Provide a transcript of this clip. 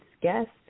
guest